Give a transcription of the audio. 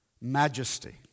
majesty